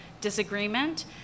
disagreement